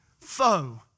foe